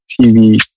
TV